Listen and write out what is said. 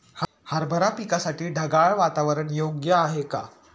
हरभरा पिकासाठी ढगाळ वातावरण योग्य आहे का?